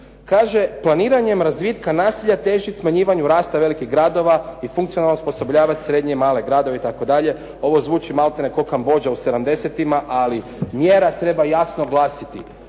Kaže, planiranjem razvitka naselja težiti smanjivanju rasta velikih gradova i funkcionalno osposobljavati srednje i male gradove itd. Ovo zvuči maltene ko Kambodža u sedamdesetima, ali mjera treba jasno glasiti,